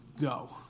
go